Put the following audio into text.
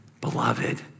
Beloved